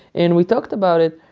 and we talked about it.